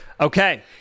Okay